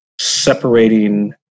separating